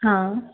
हा